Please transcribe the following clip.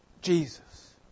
Jesus